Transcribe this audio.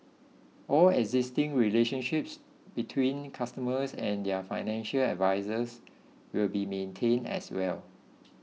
all existing relationships between customers and their financial advisers will be maintained as well